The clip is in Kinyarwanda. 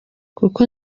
kuko